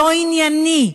לא ענייני,